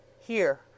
Here